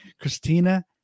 Christina